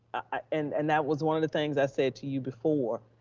and and that was one of the things i said to you before,